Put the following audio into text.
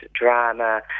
drama